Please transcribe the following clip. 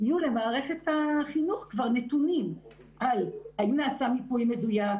יהיו למערכת החינוך כבר נתונים על האם נעשה מיפוי מדויק,